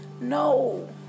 No